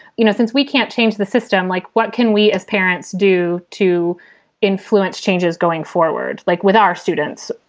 you know, since we can't change the system, like what can we as parents do to influence changes going forward, like with our students?